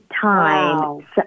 time